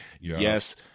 Yes